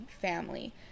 family